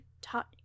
taught